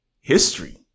history